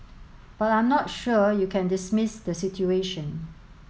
but I'm not sure you can dismiss the situation